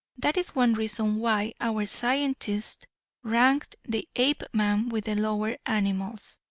that is one reason why our scientists ranked the apeman with the lower animals.